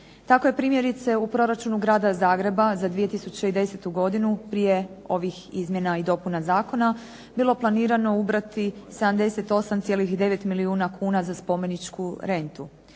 Tako je primjerice u proračunu grada Zagreba za 2010. godinu prije ovih izmjena i dopuna zakona bilo planirano ubrati 78,9 milijuna kuna za spomeničku rentu,